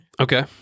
Okay